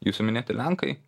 jūsų minėti lenkai